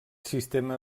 sistema